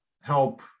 help